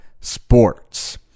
sports